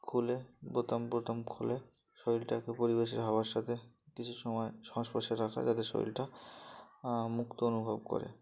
খুলে বোতাম পোতাম খুলে শরীরটাকে পরিবেশের হাওয়ার সাথে কিছু সময় সংস্পর্শে রাখা যাতে শরীরটা মুক্ত অনুভব করে